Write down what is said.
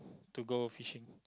to go fishing